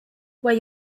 where